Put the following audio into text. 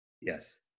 Yes